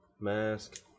mask